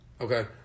Okay